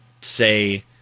say